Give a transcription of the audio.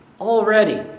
already